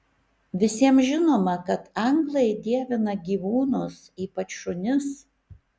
visiems žinoma kad anglai dievina gyvūnus ypač šunis